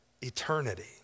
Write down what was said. Eternity